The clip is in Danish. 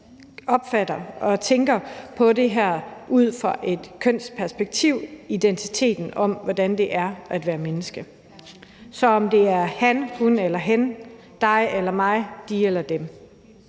opfatter og tænker vi på det her ud fra et kønsperspektiv i forhold til identiteten, altså hvordan det er at være menneske – om det er han, hun eller hen, dig eller mig, de eller dem.